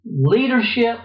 leadership